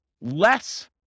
less